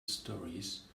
stories